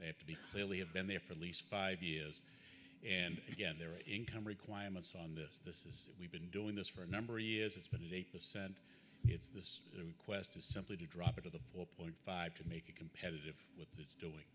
they have to be clearly have been there for at least five years and again there are income requirements on this that we've been doing this for a number of years it's been eight percent it's this request to simply drop out of the four point five to make it competitive with it's doing